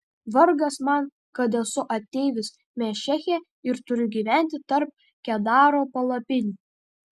vargas man kad esu ateivis mešeche ir turiu gyventi tarp kedaro palapinių